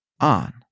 on